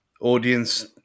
audience